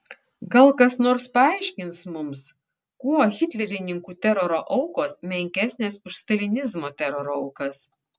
gal kas nors paaiškins mums kuo hitlerininkų teroro aukos menkesnės už stalinizmo teroro aukas